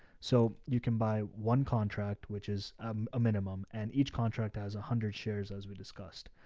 so you can buy one contract, which is um a minimum and each contract has a hundred shares as we discussed.